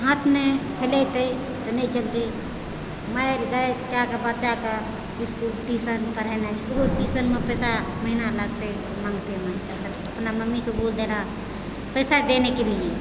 हाथ नहि फैलेतै तऽ नहि चलतै मारि गारि कए कऽ बच्चाके इसकुल ट्यूशन पढ़ेनाइ सेहो ट्यूशनमे पैसा महिना लगतै माँगतै अपना मम्मीकेँ बोल देना पैसा देनेके लिए